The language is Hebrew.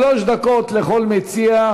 שלוש דקות לכל מציע.